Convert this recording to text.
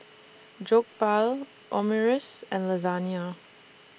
Jokbal Omurice and Lasagna